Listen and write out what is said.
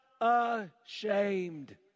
ashamed